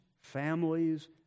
families